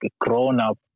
grown-up